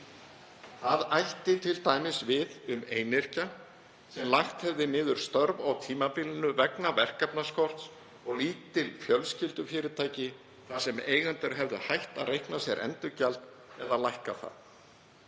Það ætti t.d. við um einyrkja sem lagt hefði niður störf á tímabilinu vegna verkefnaskorts og lítil fjölskyldufyrirtæki þar sem eigendur hefðu hætt að reikna sér endurgjald eða lækkað það